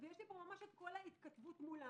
יש לי כל ההתכתבות מולם